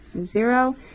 Zero